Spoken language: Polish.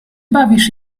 bawisz